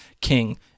king